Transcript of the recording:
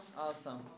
awesome